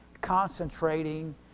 concentrating